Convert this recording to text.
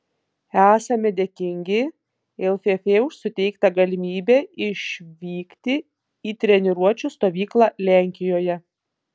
esame dėkingi lff už suteiktą galimybę išvykti į treniruočių stovyklą lenkijoje